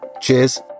Cheers